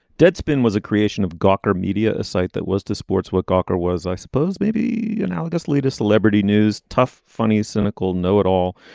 deadspin was a creation of gawker media a site that was the sports what gawker was i suppose maybe analogous latest celebrity news tough funny cynical no at all